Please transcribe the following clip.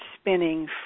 spinning